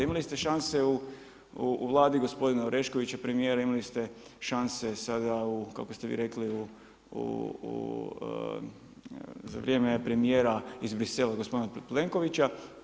Imali ste šanse u Vladi gospodina Oreškovića premijera, imali ste šanse sada kako ste vi rekli za vrijeme premijera iz Bruxellesa gospodina Plenkovića.